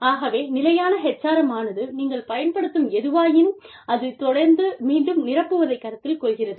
ஆகவே நிலையான HRM ஆனது நீங்கள் பயன்படுத்தும் எதுவாயினும் அதைத் தொடர்ந்து மீண்டும் நிரப்புவதைக் கருத்தில் கொள்கிறது